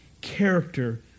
Character